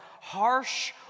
harsh